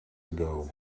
ago